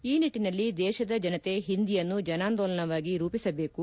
ಈ ನಿಟ್ಲನಲ್ಲಿ ದೇಶದ ಜನತೆ ಹಿಂದಿಯನ್ನು ಜನಾಂದೋಲನವಾಗಿ ರೂಪಿಸಬೇಕು